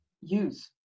use